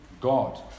God